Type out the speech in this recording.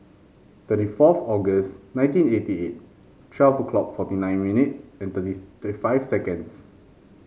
twenty fourth August nineteen eighty eight twelve clock forty nine minutes and thirty's thirty five seconds